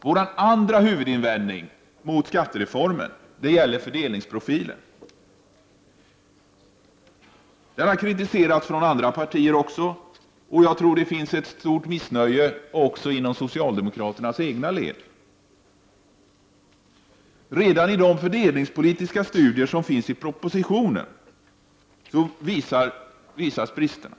Vår andra huvudinvändning mot skattereformen gäller fördelningsprofilen. Den har kritiserats även från andra partier, och jag tror att det också inom socialdemokraternas egna led finns ett stort missnöje med den. Redan de fördelningspolitiska studier som redovisas i propositionen pekar på bristerna.